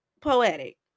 poetic